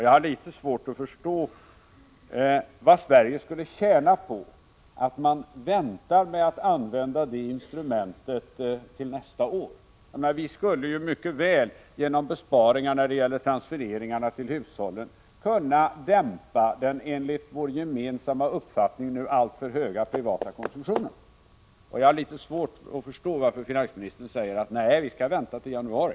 Jag har litet svårt att förstå vad Sverige skulle tjäna på att man väntar med att använda det instrumentet till nästa år. Vi skulle mycket väl genom besparingar i vad avser transfereringarna till hushållen kunna dämpa den enligt vår gemensamma uppfattning nu alltför höga privata konsumtionen. Jag har litet svårt att förstå varför finansministern säger att vi kan vänta till januari.